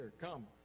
come